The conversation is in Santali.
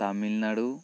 ᱛᱟᱢᱤᱞᱱᱟᱲᱩ